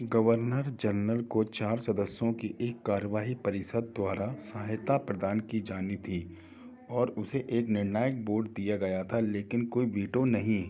governor general को चार सदस्यों की एक कार्यवाही परिषद द्वारा सहायता प्रदान की जानी थी और उसे एक निर्णायक वोट दिया गया था लेकिन कोई वीटो नहीं